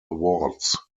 awards